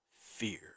fear